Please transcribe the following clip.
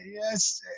yes